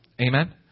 amen